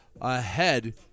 ahead